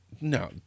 No